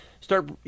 start